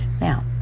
Now